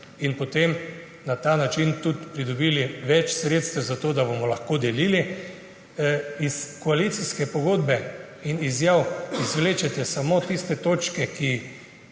in potem na ta način tudi pridobili več sredstev za to, da bomo lahko delili. Iz koalicijske pogodbe in izjav izvlečete samo tiste točke, ki